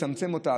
מצמצם אותה,